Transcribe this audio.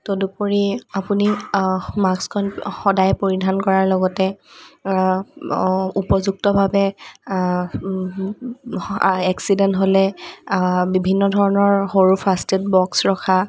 তদুপৰি আপুনি মাস্কখন সদায় পৰিধান কৰাৰ লগতে উপযুক্তভাৱে এক্সিডেণ্ট হ'লে বিভিন্ন ধৰণৰ সৰু ফাৰ্ষ্টেইড বক্স ৰখা